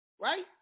Right